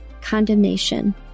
condemnation